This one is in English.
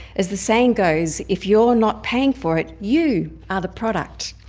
as the saying goes, if you're not paying for it, you are the product.